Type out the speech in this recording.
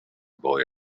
boy